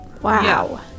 wow